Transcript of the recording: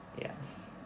Yes